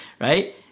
Right